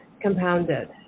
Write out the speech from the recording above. compounded